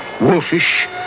wolfish